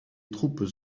troupes